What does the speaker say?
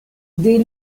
des